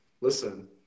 Listen